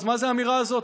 אז מה זה האמירה הזאת,